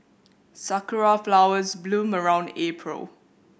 sakura flowers bloom around April